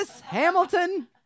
Hamilton